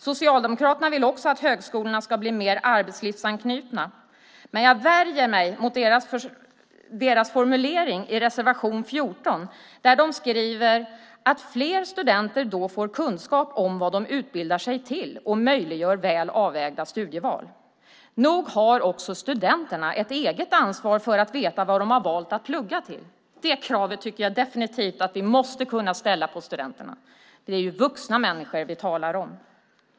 Socialdemokraterna vill också att högskolorna ska bli mer arbetslivsanknutna, men jag värjer mig mot deras formulering i reservation 14, där de skriver att det medför att "fler studenter får kunskap om vad de utbildar sig till och möjliggör välavvägda studieval". Nog har också studenterna ett eget ansvar för att veta vad de har valt att plugga till! Det kravet tycker jag definitivt att vi måste kunna ställa på studenterna. Det är ju vuxna människor vi talar om.